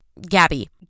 Gabby